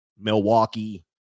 Milwaukee